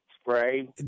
spray